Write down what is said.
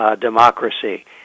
democracy